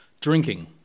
drinking